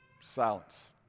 silence